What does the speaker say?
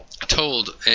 told